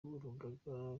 w’urugaga